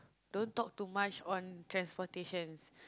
don't talk too much on transportations